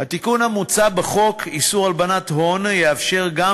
התיקון המוצע בחוק איסור הלבנת הון יאפשר גם